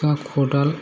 सिखा खदाल